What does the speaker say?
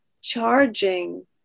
charging